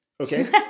Okay